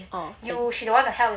orh and